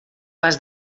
pas